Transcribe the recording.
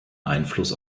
einfluss